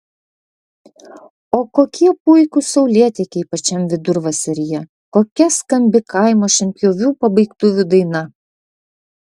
o kokie puikūs saulėtekiai pačiam vidurvasaryje kokia skambi kaimo šienpjovių pabaigtuvių daina